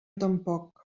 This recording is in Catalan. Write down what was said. tampoc